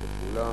בשיתוף הפעולה.